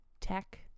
tech